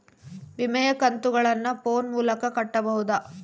ವಿಮೆಯ ಕಂತುಗಳನ್ನ ಫೋನ್ ಮೂಲಕ ಕಟ್ಟಬಹುದಾ?